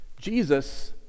Jesus